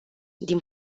din